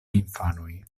infanoj